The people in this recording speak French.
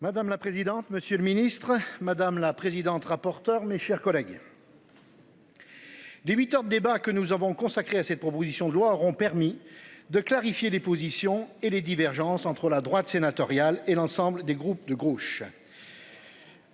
Madame la présidente, monsieur le ministre, madame la présidente, rapporteur. Mes chers collègues. Dès 8h de débats que nous avons consacré à cette proposition de loi auront permis de clarifier les positions et les divergences entre la droite sénatoriale et l'ensemble des groupes de gauche.